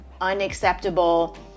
unacceptable